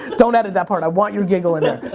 don't edit that part, i want your giggle in